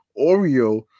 oreo